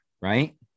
right